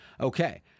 Okay